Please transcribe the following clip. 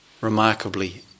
remarkably